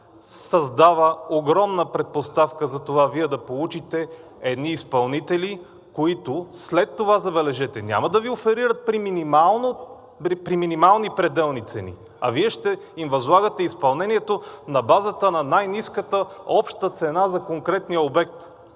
създава огромна предпоставка за това Вие да получите едни изпълнители, които след това, забележете, няма да Ви оферират при минимални пределни цени, а Вие ще им възлагате изпълнението на базата на най-ниската обща цена за конкретния обект,